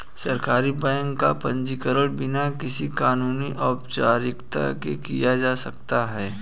सहकारी बैंक का पंजीकरण बिना किसी कानूनी औपचारिकता के किया जा सकता है